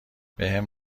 بهم